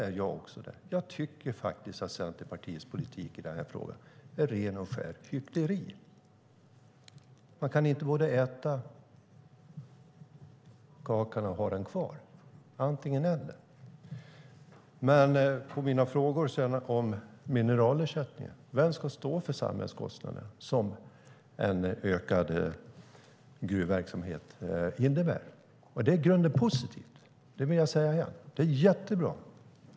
På samma sätt är jag det. Jag tycker att Centerpartiets politik i den här frågan är rent och skärt hyckleri. Man kan inte både äta kakan och ha den kvar. Det är antingen eller. Låt mig återgå till mina frågor om mineralersättningen. Vem ska stå för den samhällskostnad som ökad gruvverksamhet innebär? Det är i grunden positivt; det vill jag säga. Det är egentligen jättebra.